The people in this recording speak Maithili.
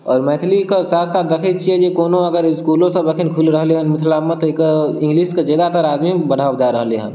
आओर मैथिली कऽ साथ साथ देखैत छियै जे कोनो अगर इसकुलो सब एखन खुलि रहलैया मिथिलामे तऽ एहि कऽ इंगलिश कऽ जादातर आदमी बढ़ावा दए रहलनि हँ